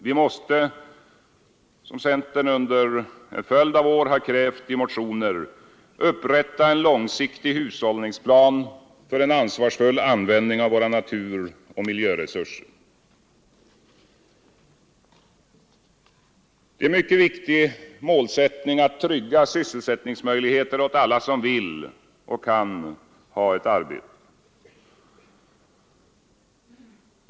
Vi måste, som centern under en följd av år krävt i motioner, upprätta en långsiktig hushållsplan för en ansvarsfull användning av våra naturoch miljöresurser. Det är en mycket viktig målsättning att trygga sysselsättningsmöjligheter åt alla som vill och kan ha arbete.